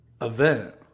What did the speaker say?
event